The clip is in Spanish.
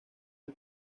del